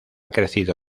crecido